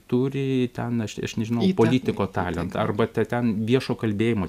turi ten aš aš nežinau politiko talentą ar ten viešo kalbėjmo